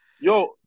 Yo